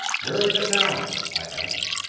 where is it now? i asked.